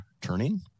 turning